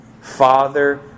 Father